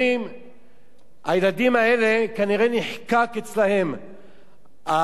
הילדים האלה, כנראה, נחקקו אצלם אותן תועבות,